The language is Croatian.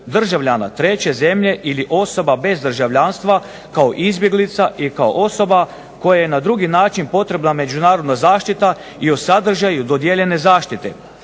državljana treće zemlje ili osoba bez državljanstva kao izbjeglica i kao osoba kojima je na drugi način potrebna međunarodna zaštita i o sadržaju dodijeljene zaštite.